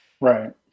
Right